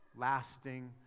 lasting